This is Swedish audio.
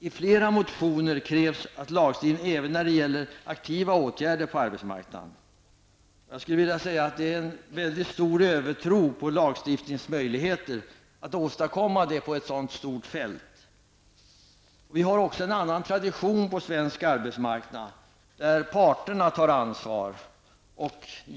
I flera motioner krävs lagstiftning även när det gäller aktiva åtgärder på arbetsmarknaden. Jag skulle vilja säga att detta innebär en stor övertro på lagstiftningens möjligheter att åstadkomma någonting på ett så stort fält. På svensk arbetsmarknad har vi också en annan tradition. Parterna tar ansvar.